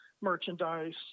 merchandise